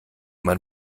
man